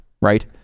right